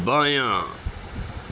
بایاں